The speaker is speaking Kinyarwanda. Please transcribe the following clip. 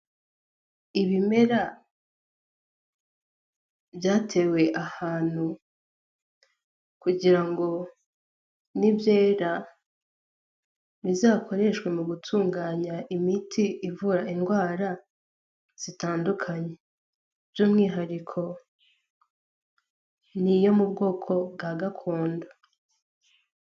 Ibimera byatewe ahantu kugira ngo n'ibyera bizakoreshwe mu gutunganya imiti ivura indwara zitandukanye by'umwihariko ni iyo mu bwoko bwa gakondo.